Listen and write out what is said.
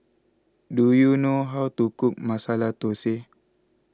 do you know how to cook Masala Thosai